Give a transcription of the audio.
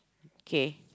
kay